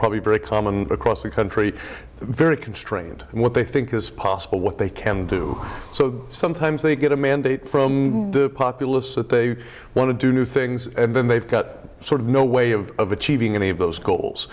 probably very common across the country very constrained what they think is possible what they can do so sometimes they get a mandate from the populace that they want to do new things and then they've got sort of no way of achieving any of those goals